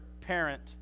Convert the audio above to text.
parent